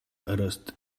rust